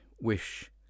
wish